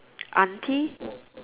aunty